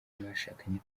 mwashakanye